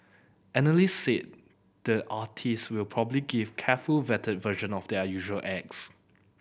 analysts say the artist will probably give carefully vetted version of their usual acts